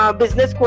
business